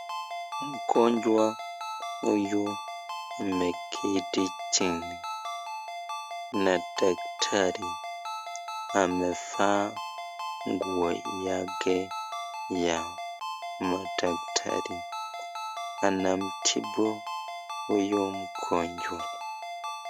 Mgonjwa huyu ameketi jini na daktari amevaa nguo yake ya madaktari. Anamtibu huyu mgonjwa.